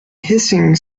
hissing